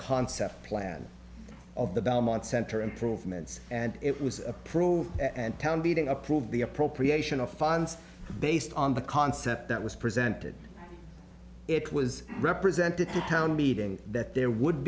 concept plan of the belmont center improvements and it was approved and town meeting approved the appropriation of funds based on the concept that was presented it was represented to town meeting that there would